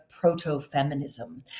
proto-feminism